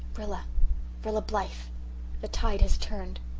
rilla rilla blythe the tide has turned.